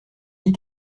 dit